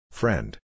friend